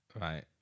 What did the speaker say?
Right